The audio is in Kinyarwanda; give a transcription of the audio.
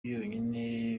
byonyine